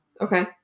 Okay